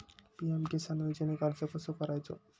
PM Kisan योजनेक अर्ज कसो करायचो?